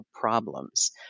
problems